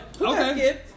okay